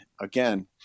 again